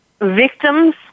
victims